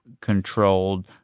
controlled